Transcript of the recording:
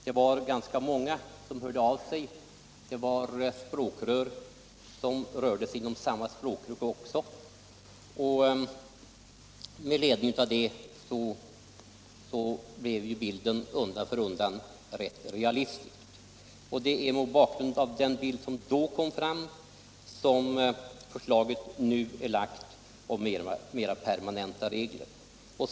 Det var ganska många som hörde av sig, av vilka en del var tidningar inom samma språkgrupp. Med ledning därav fick man undan för undan en ännu klarare bild av situationen. Det är mot den bakgrunden som förslaget om mer permanenta regler nu är lagt.